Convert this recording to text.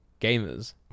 gamers